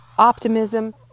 optimism